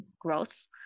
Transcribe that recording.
growth